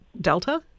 Delta